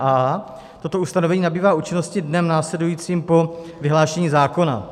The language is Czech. a) toto ustanovení nabývá účinnosti dnem následujícím po vyhlášení zákona.